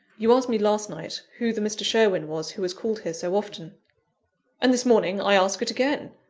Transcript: you asked me last night who the mr. sherwin was who has called here so often and this morning i ask it again.